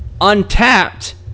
untapped